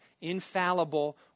infallible